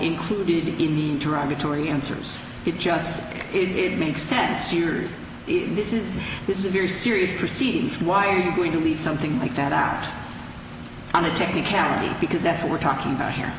included in the derogatory answers it just didn't make sense to you or this is this is a very serious proceedings why are you going to leave something like that out on a technicality because that's what we're talking about h